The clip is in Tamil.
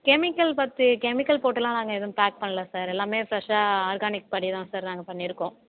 கெமிக்கல் பற்றி கெமிக்கல் போட்டுலாம் நாங்கள் எதுவும் பேக் பண்ணல சார் எல்லாமே ஃபிரெஷ்ஷாக ஆர்கானிக் படி தான் சார் நாங்கள் பண்ணிருக்கோம்